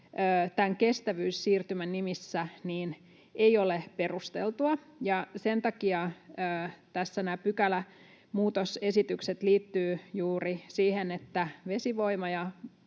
tämän kestävyyssiirtymän nimissä ei ole perusteltua. Sen takia tässä nämä pykälämuutosesitykset liittyvät juuri siihen, että vesivoima ja